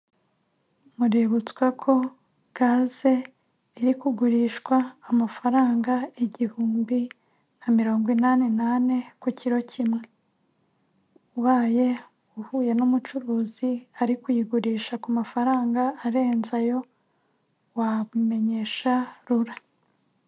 Muributswa ko gaze iri kugurishwa amafaranga igihumbi na mirongo inani nane ku kiro kimwe, ubaye uhuye n'umucuruzi ari kuyigurisha ku mafaranga arenze ayo wabimenyesha RURA.